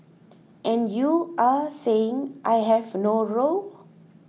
and you are saying I have no role